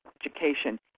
education